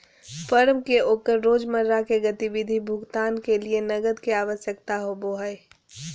firm के ओकर रोजमर्रा के गतिविधि भुगतान के लिये नकद के आवश्यकता होबो हइ